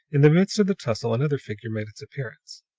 in the midst of the tussle another figure made its appearance.